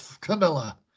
Camilla